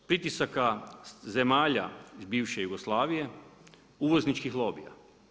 Pritisaka zemalja bivše Jugoslavije, uvozničkih lobija.